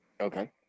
okay